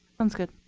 sounds good.